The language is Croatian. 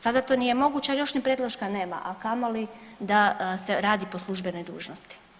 Sada to nije moguće jer ni predloška nema, a kamoli da se radi po službenoj dužnosti.